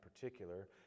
particular